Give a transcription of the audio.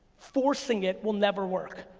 forcing it will never work.